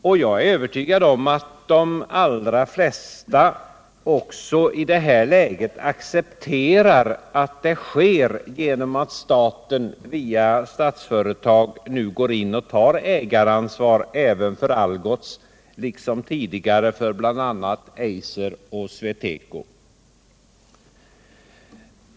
Jag är också övertygad om att de allra flesta i det här läget accepterar att insatserna sker genom att staten via Statsföretag AB går in och tar ägaransvar även för Algots, liksom tidigare för bl.a. AB Eiser och SweTeco AB.